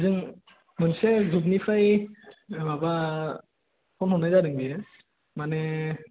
जों मोनसे ग्रुपनिफ्राय माबा फन हरनाय जादों बियो माने